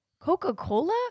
Coca-Cola